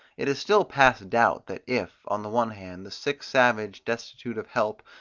it is still past doubt, that if, on the one hand, the sick savage, destitute of help,